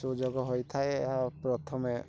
ସୁଯୋଗ ହୋଇଥାଏ ଏହା ପ୍ରଥମେ